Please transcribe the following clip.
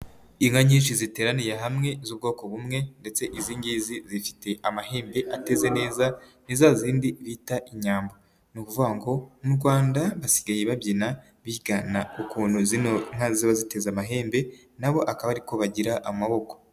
Inka nyinshi ziteraniye hamwe z'ubwoko bumwe ndetse izi ngizi zifite amahembe ateze neza ni za zindi bita inyambo, ni ukuvuga ngo mu Rwanda basigaye babyina bigana ukuntu zino nka ziba ziteze amahembe nabo akaba ari ko bagira amaboko.